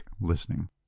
listening